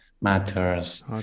matters